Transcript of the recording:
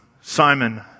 Simon